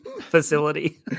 facility